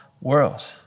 world